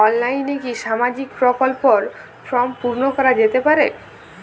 অনলাইনে কি সামাজিক প্রকল্পর ফর্ম পূর্ন করা যেতে পারে?